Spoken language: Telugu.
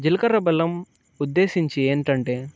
జీలకర్ర బెల్లం ఉద్దేశించి ఏంటంటే